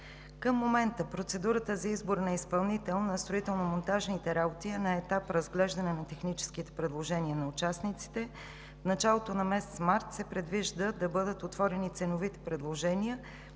Към момента процедурата за избор на изпълнител на строително-монтажните работи е на етап разглеждане на техническите предложения на участниците. В началото на месец март тази година се предвижда да бъдат отворени ценовите предложения